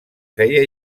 feia